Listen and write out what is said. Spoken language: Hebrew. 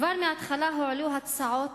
כבר מהתחלה הועלו הצעות